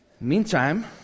Meantime